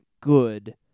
good